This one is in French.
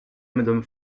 madame